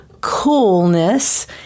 coolness